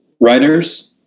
writers